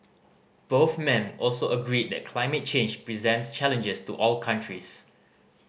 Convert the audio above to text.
both men also agreed that climate change presents challenges to all countries